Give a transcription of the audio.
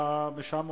לאן אדוני רוצה?